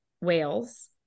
whales